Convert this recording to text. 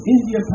India